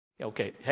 Okay